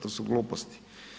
To su gluposti.